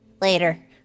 later